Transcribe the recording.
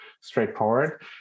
straightforward